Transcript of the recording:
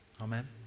amen